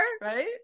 right